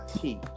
teach